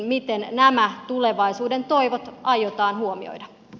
miten nämä tulevaisuuden toivot aiotaan huomioida